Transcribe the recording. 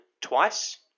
twice